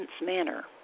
manner